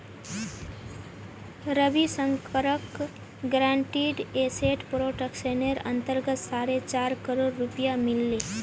रविशंकरक guaranteed asset प्रोटेक्शनेर अंतर्गत साढ़े चार करोड़ रुपया मिल ले